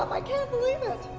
um i can't believe it.